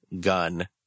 gun